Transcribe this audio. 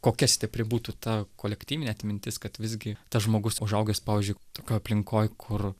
kokia stipri būtų ta kolektyvinė atmintis kad visgi tas žmogus užaugęs pavyzdžiui tokioj aplinkoj kur